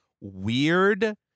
weird